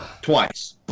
twice